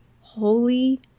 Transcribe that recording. Holy